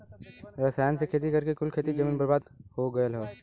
रसायन से खेती करके कुल खेत जमीन बर्बाद हो लगल हौ